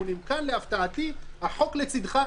כאן להפתעתי החוק לצדך.